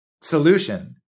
solution